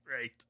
Right